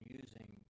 using